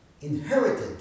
inherited